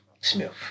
Smith